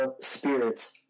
spirits